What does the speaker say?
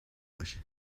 باشه